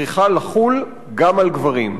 צריכה לחול גם על גברים.